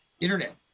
Internet